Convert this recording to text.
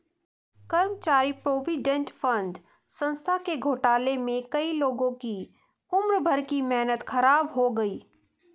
कर्मचारी provident fund संस्था के घोटाले में कई लोगों की उम्र भर की मेहनत ख़राब हो गयी